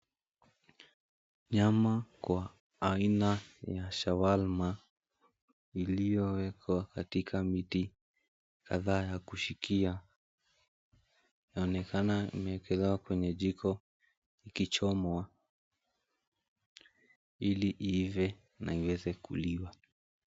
Nyama kwa aina ya shawarma iliyowekewa katika miti kadhaa ya kushikia. Inaonekana umewekelewa kwenye jiko ikichomwa ili iive na iweze kuliwa.